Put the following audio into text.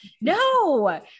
No